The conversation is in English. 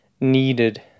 needed